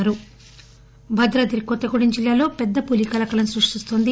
చిరుత భద్రాద్రి కొత్తగూడెం జిల్లాలో పెద్దపులి కలకలం సృష్టిస్తున్నది